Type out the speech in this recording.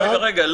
: רגע, רגע.